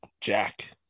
Jack